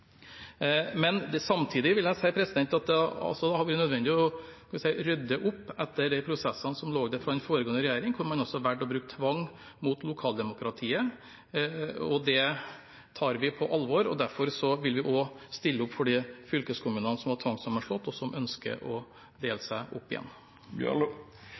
det formålet. Samtidig vil jeg si at det har vært nødvendig å rydde opp etter de prosessene som lå der fra den foregående regjeringen, hvor man altså valgte å bruke tvang mot lokaldemokratiet. Det tar vi på alvor, og derfor vil vi også stille opp for de fylkeskommunene som er tvangssammenslått, og som ønsker å dele seg opp igjen.